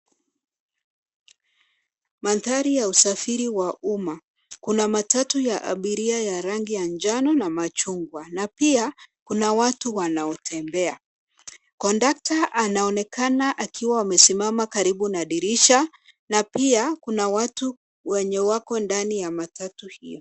Mandhari ya usafiri wa umma kuna matatu ya abiria ya rangi ya njano na machungwa, na pia kuna watu wanaotembea. Kondakta anaonekana akiwa amesimama karibu na dirisha, na pia kuna watu wenye wako ndani ya matatu hiyo.